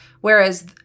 whereas